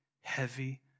heavy